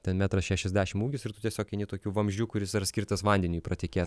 ten metras šešiasdešim ūgis ir tu tiesiog eini tokiu vamzdžiu kuris yra skirtas vandeniui pratekėt